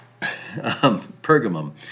Pergamum